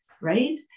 right